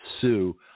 sue